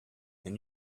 and